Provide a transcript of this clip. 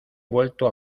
vuelto